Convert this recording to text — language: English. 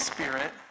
Spirit